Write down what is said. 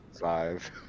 Five